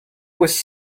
was